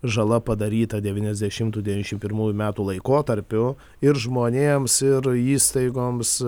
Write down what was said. žala padaryta devyniasdešimtų devyniasdešim pirmųjų metų laikotarpiu ir žmonėms ir įstaigoms